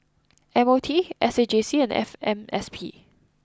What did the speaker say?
M O T S A J C and F M S P